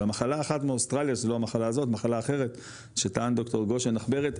ומחלה אחת מאוסטרליה שזו לא המחלה הזאת מחלה אחרת שטען ד"ר גושן עכברת,